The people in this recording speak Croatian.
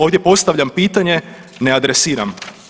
Ovdje postavljam pitanje, ne adresiram.